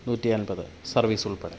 നൂറ്റി അൻപത് സർവീസ് ഉൾപ്പെടെ